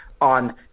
on